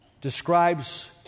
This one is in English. Describes